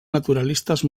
naturalistes